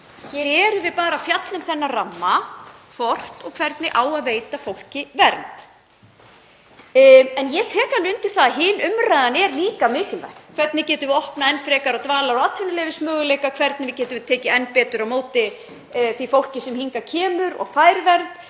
Hér erum við bara að fjalla um þennan ramma, hvort og hvernig á að veita fólki vernd. En ég tek alveg undir það að hin umræðan er líka mikilvæg, þ.e. hvernig við getum opnað enn frekar á dvalar- og atvinnuleyfismöguleika. Hvernig getum við tekið enn betur á móti því fólki sem hingað kemur og fær vernd?